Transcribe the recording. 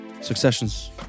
Succession's